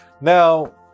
Now